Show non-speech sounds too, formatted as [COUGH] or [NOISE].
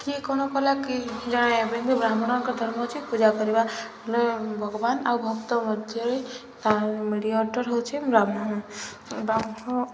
କିଏ କ'ଣ କଲା କି ଜଣେ ଏବେ ବି ବ୍ରାହ୍ମଣଙ୍କ ଧର୍ମ ହେଉଛି ପୂଜା କରିବା ହେ ଭଗବାନ ଆଉ ଭକ୍ତ ମଧ୍ୟରେ [UNINTELLIGIBLE] ହେଉଛି ବ୍ରାହ୍ମଣ ବ୍ରାହ୍ମଣ